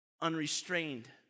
unrestrained